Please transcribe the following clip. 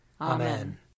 Amen